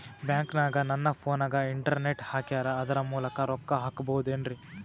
ಬ್ಯಾಂಕನಗ ನನ್ನ ಫೋನಗೆ ಇಂಟರ್ನೆಟ್ ಹಾಕ್ಯಾರ ಅದರ ಮೂಲಕ ರೊಕ್ಕ ಹಾಕಬಹುದೇನ್ರಿ?